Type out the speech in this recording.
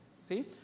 See